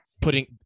putting